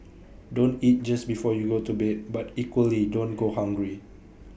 don't eat just before you go to bed but equally don't go hungry